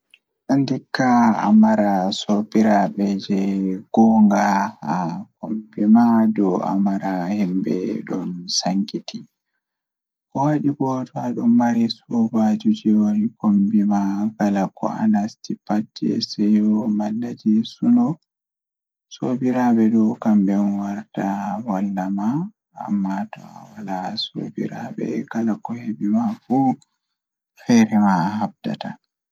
Ndikka amara sobiraaɓe mari gongaaku Ko feewi wallitooɓe ɓeeɗo waɗaniɗaa ngam waɗude toɓɓere yimɓe na'iɗi waɗuɗi nder jiɓgol. Wallitooɓe ɓeeɗo waɗi eɗen ɓuri peewal ɓurɗe waɗude kaɓe e kaɗɗi ngona maa. Wonaa yimɓe na'iɗi waɗi eɗen waɗude torooɗe, ɓesde, e yamiroore maa nder balɗe kuutooji. Ngona mo ɓeeɗo waɗi ngam waɗude waɗaare e waɗude keewal e yimɓe.